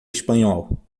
espanhol